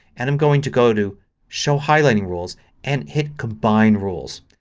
and i'm going to go to show highlighting rules and hit combine rules.